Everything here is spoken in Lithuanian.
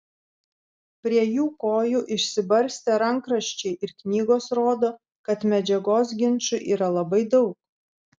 prie jų kojų išsibarstę rankraščiai ir knygos rodo kad medžiagos ginčui yra labai daug